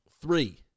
Three